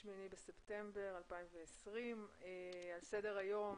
8 בספטמבר 2020. על סדר היום